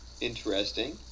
interesting